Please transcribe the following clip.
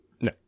No